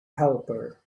helper